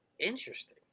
Interesting